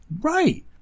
Right